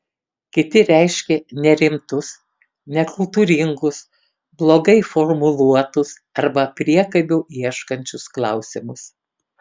kiti reiškė nerimtus nekultūringus blogai formuluotus arba priekabių ieškančius klausimus